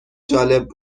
جالب